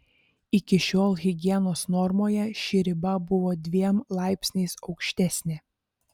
iki šiol higienos normoje ši riba buvo dviem laipsniais aukštesnė